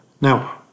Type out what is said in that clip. Now